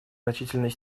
значительной